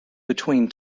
between